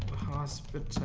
hospital